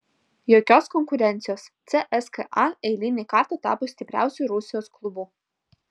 jokios konkurencijos cska eilinį kartą tapo stipriausiu rusijos klubu